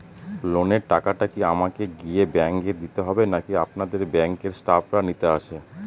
লোনের টাকাটি কি আমাকে গিয়ে ব্যাংক এ দিতে হবে নাকি আপনাদের ব্যাংক এর স্টাফরা নিতে আসে?